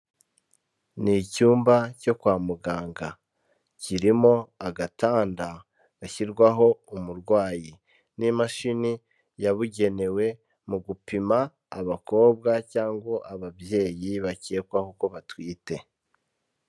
Ni icyumba cyo kwa muganga kirimo agatanda gashyirwaho umurwayi n'imashini yabugenewe, mu gupima abakobwa cyangwa ababyeyi bakekwaho ko batwite.